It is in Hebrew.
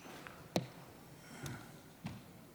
בבקשה.